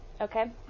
okay